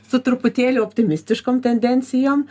su truputėliu optimistiškom tendencijom